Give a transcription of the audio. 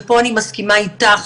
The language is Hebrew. ופה אני מסכימה איתך,